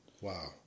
Wow